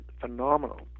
phenomenal